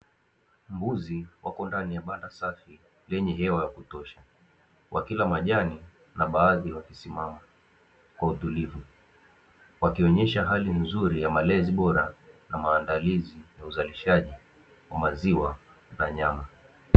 Mbuzi wako ndani ya banda safi lenye hewa ya kutosha wakila majani, na baadhi wakisimama kwa utulivu wakionesha hali nzuri na malezi bora, na maandalizi ya uzalishaji wa maziwa na nyama.